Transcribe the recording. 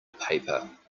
paper